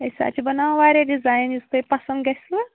أسی حظ چھِ بَناوان واریاہ ڈِزایِن یُس تۄہہِ پَسنٛد گژھِوٕ